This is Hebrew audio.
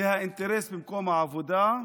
זה האינטרס במקום העבודה,